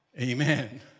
Amen